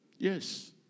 Yes